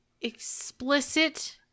explicit